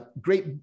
Great